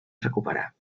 recuperar